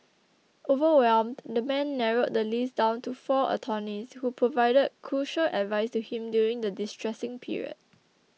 overwhelmed the man narrowed the list down to four attorneys who provided crucial advice to him during the distressing period